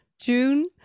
June